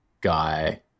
guy